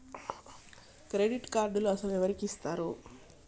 Credit కార్డులు అసలు ఎవరికి ఇస్తారు?